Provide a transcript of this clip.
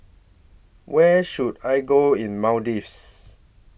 Where should I Go in Maldives